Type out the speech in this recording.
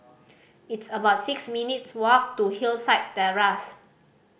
it's about six minutes' walk to Hillside Terrace